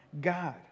God